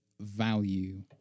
value